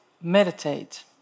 meditate